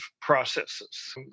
processes